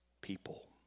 people